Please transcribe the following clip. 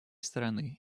стороны